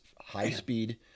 high-speed